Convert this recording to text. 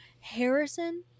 Harrison